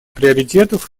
приоритетов